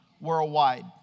worldwide